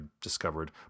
discovered